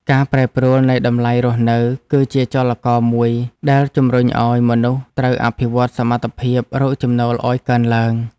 ការប្រែប្រួលនៃតម្លៃរស់នៅ គឺជាចលករមួយដែលជំរុញឱ្យមនុស្សត្រូវអភិវឌ្ឍសមត្ថភាពរកចំណូលឱ្យកើនឡើង។